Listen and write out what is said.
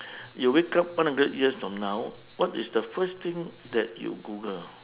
you wake up one hundred years from now what is the first thing that you google